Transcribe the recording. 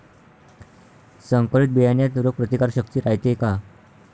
संकरित बियान्यात रोग प्रतिकारशक्ती रायते का?